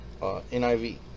NIV